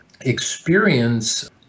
experience